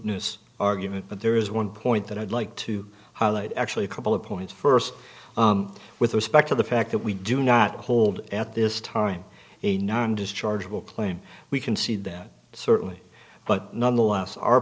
news argument but there is one point that i'd like to highlight actually a couple of points first with respect to the fact that we do not hold at this time a non dischargeable claim we concede that certainly but nonetheless our